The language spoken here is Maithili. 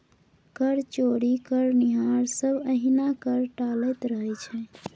कर चोरी करनिहार सभ एहिना कर टालैत रहैत छै